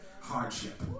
hardship